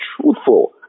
truthful